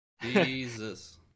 Jesus